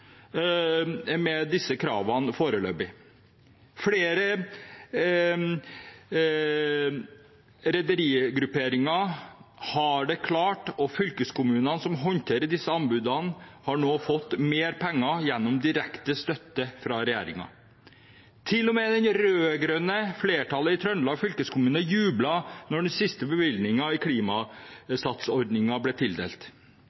med disse kravene foreløpig. Flere rederigrupperinger har det klart, og fylkeskommunene, som håndterer disse anbudene, har nå fått mer penger gjennom direkte støtte fra regjeringen. Til og med det rød-grønne flertallet i Trøndelag fylkeskommune jublet da den siste bevilgningen i